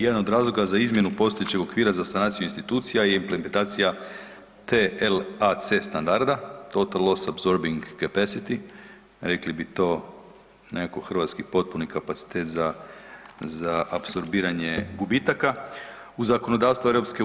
Jedan od razloga za izmjenu postojećeg okvira za sanaciju institucija i implementacija TLAC standarda-Total Loss-Absorbing Capacity, rekli bi to nekako hrvatski potpuni kapacitet za apsorbiranje gubitaka u zakonodavstvu EU.